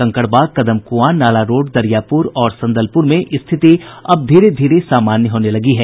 Kankarbagh Kadam Kuan Nala road Dariyapur और संदलपुर में स्थिति अब धीरे धीरे सामान्य होने लगी है